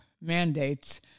mandates